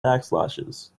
backslashes